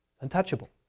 untouchable